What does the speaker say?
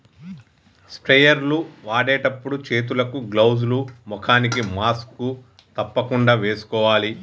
sprayer లు వాడేటప్పుడు చేతులకు గ్లౌజ్ లు, ముఖానికి మాస్క్ తప్పకుండా వేసుకోవాలి